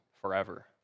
forever